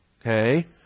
okay